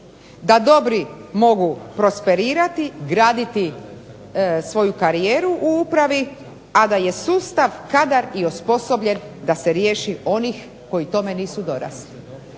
da dobri mogu prosperirati, graditi svoju karijeru u upravi, a da je sustav kadar i osposobljen da se riješi onih koji tome nisu dorasli.